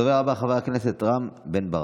הדובר הבא, חבר הכנסת רם בן ברק.